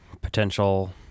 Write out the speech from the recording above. potential